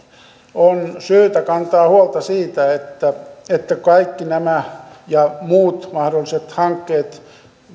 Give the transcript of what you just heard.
on syytä kantaa huolta siitä että että kaikki nämä ja muut mahdolliset hankkeet